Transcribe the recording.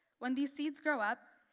when these seeds grow up,